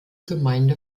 gemeinde